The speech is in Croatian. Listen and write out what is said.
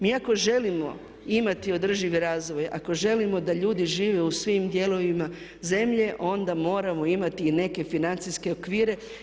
Mi ako želimo imati održivi razvoj, ako želimo da ljudi žive u svim dijelovima zemlje onda moramo imati i neke financijske okvire.